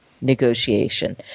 negotiation